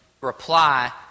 reply